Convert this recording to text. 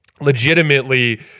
legitimately